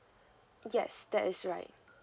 yes that is right